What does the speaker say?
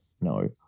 no